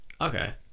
Okay